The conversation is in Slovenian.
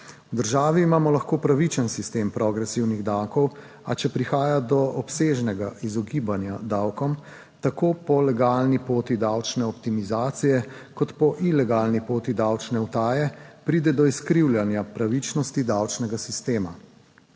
V državi imamo lahko pravičen sistem progresivnih davkov, a če prihaja do obsežnega izogibanja davkom tako po legalni poti davčne optimizacije kot po ilegalni poti davčne utaje pride do izkrivljanja pravičnosti davčnega sistema.